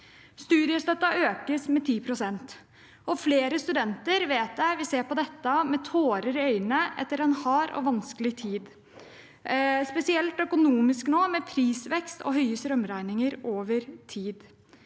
Studiestøtten økes med 10 pst. Jeg vet at flere studenter vil se på dette med tårer i øynene etter en hard og vanskelig tid, spesielt økonomisk, med prisvekst og høye strømregninger over tid.